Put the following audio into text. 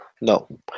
No